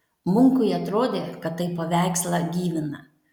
munkui atrodė kad tai paveikslą gyvina